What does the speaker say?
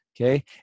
Okay